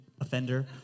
offender